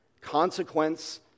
Consequence